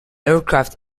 aircraft